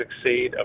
succeed